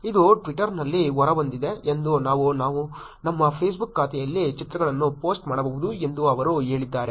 ಇದು ಟ್ವಿಟರ್ನಲ್ಲಿ ಹೊರಬಂದಿದೆ ಮತ್ತು ನಾವು ನಮ್ಮ ಫೇಸ್ಬುಕ್ ಖಾತೆಯಲ್ಲಿ ಚಿತ್ರಗಳನ್ನು ಪೋಸ್ಟ್ ಮಾಡಬಹುದು ಎಂದು ಅವರು ಹೇಳಿದ್ದಾರೆ